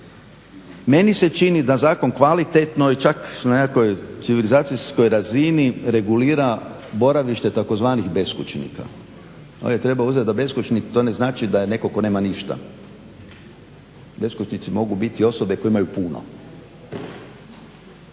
Meni se čini da zakon kvalitetno i čak na nekakvoj civilizacijskoj razini regulira boravište tzv. beskućnika. Ovdje treba uzeti da beskućnik to ne znači da je netko tko nema ništa. Beskućnici mogu biti i osobe koje imaju puno